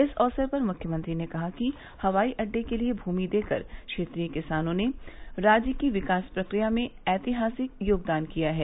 इस अवसर पर मुख्यमंत्री ने कहा कि हवाई अड्डे के लिये भूमि देकर क्षेत्रीय किसानों ने राज्य की विकास प्रक्रिया में ऐतिहासिक योगदान किया है